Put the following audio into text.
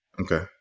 okay